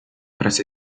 presso